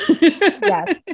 Yes